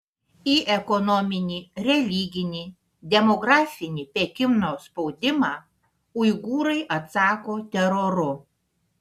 į ekonominį religinį demografinį pekino spaudimą uigūrai atsako teroru